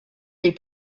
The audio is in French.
les